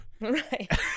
Right